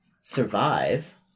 survive